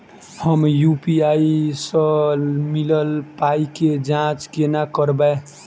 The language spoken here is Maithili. हम यु.पी.आई सअ मिलल पाई केँ जाँच केना करबै?